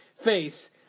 face